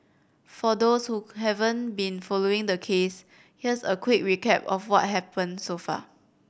for those who haven't been following the case here's a quick recap of what's happened so far